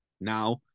Now